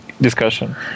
discussion